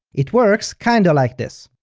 it works kinda like this.